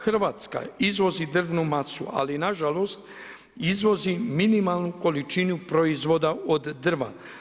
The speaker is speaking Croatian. Hrvatska izvozi drvnu masu ali nažalost izvozi minimalnu količinu proizvoda od drva.